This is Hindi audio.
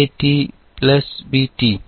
एक टी प्लस बी टी